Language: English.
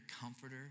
comforter